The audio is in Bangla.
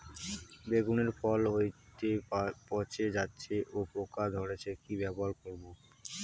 বেগুনের ফল হতেই পচে যাচ্ছে ও পোকা ধরছে কি ব্যবহার করব?